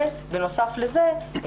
בנוסף לזה,